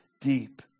deep